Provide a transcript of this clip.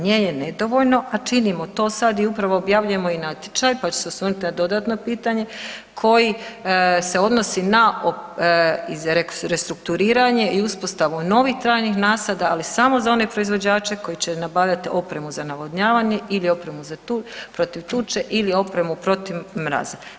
Nje je nedovoljno, a činimo to sad i upravo objavljujemo i natječaj, pa ću se osvrnuti na dodatno pitanje, koji se odnosi na restrukturiranje i uspostavu novih trajnih nasada, ali samo za one proizvođače koji će nabavljat opremu za navodnjavanje ili opremu protiv tuče ili opremu protiv mraza.